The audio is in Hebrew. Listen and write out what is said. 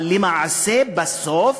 אבל למעשה, בסוף,